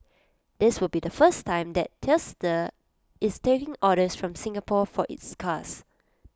this will be the first time that Tesla is taking orders from Singapore for its cars